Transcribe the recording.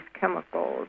chemicals